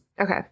Okay